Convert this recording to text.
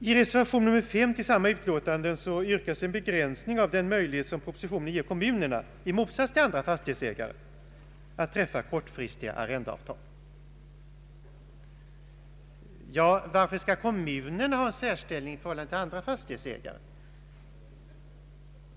I reservation V till samma utlåtande yrkas en begränsning av den möjlighet som propositionen ger kommunerna, i motsats till andra fastighetsägare, att träffa kortfristiga arrendeavtal. Varför skall kommunerna ha en särställning i förhållande till andra fastighetsägare?